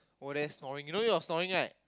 over there snoring you know you're snoring right